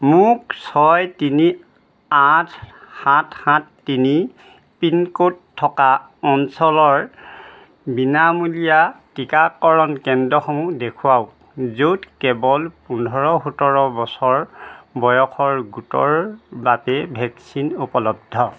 মোক ছয় তিনি আঠ সাত সাত তিনি পিন ক'ড থকা অঞ্চলৰ বিনামূলীয়া টিকাকৰণ কেন্দ্ৰসমূহ দেখুৱাওক য'ত কেৱল পোন্ধৰ সোতৰ বছৰ বয়সৰ গোটৰ বাবে ভেকচিন উপলব্ধ